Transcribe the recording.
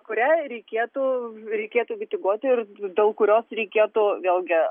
kurią reikėtų reikėtų kritikuoti ir dėl kurios reikėtų vėlgi